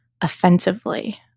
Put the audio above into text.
offensively